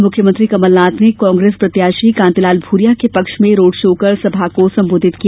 कल मुख्यमंत्री कमलनाथ ने कांग्रेस प्रत्याशी कांतिलाल भूरिया के पक्ष में रोड शो कर सभा को संबोधित किया